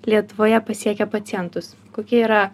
lietuvoje pasiekia pacientus kokie yra